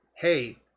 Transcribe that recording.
hey